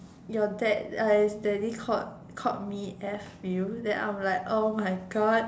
your dad daddy called called me F you then I am like oh my god